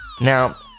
Now